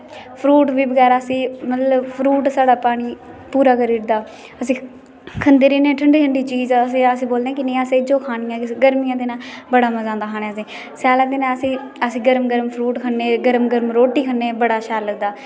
fruit साढ़ा पानी पुरा करी ओड़दा अस खंदे रैहने ठंडी ठंडी चीज अस फिर वोलने कि आसे जो खानी ते गर्मिये दे दिने च बड़ा मजा आंदा खाने च स्याले दे दिने आसेगी गर्म गर्म फ्रूट खन्ने गर्म गर्म रोटी खन्ने बड़ा शैल लगदा